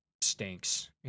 Stinks